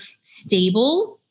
stable